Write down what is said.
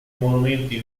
monumenti